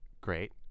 great